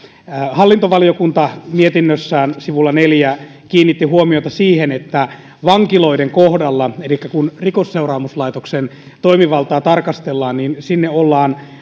hallintovaliokunta mietinnössään sivulla neljä kiinnitti huomiota siihen että vankiloiden kohdalla kun rikosseuraamuslaitoksen toimivaltaa tarkastellaan ollaan